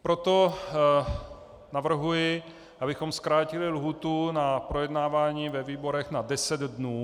Proto navrhuji, abychom zkrátili lhůtu na projednávání ve výborech na deset dnů.